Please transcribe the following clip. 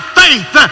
faith